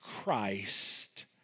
Christ